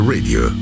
Radio